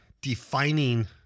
defining